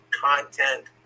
content